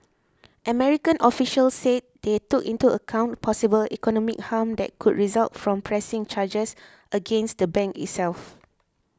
American officials said they took into account possible economic harm that could result from pressing charges against the bank itself